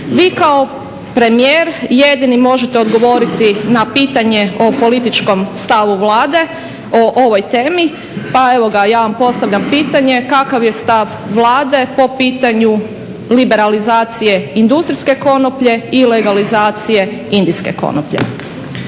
Vi kao premijer jedini možete odgovoriti na pitanje o političkom stavu Vlade o ovoj temi, pa evo ga, ja vam postavljam pitanje kakav je stav Vlade po pitanju liberalizacije industrijske konoplje i legalizacije indijske konoplje.